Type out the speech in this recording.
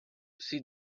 see